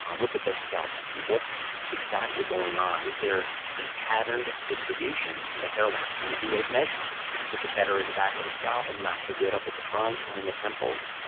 look at their scalp to see what's exactly going on. is there a patterned distribution to the hair loss? when we do those measurements, is it better in the back of the scalp and not so good up at the front, or in the temples?